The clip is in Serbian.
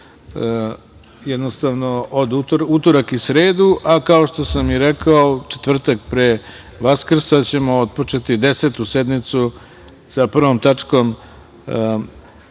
jednostavno u utorak i sredu, a kao što sam i rekao u četvrtak pre Vaskrsa ćemo otpočeti Desetu sednicu sa prvom tačkom